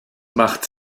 macht